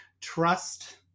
Trust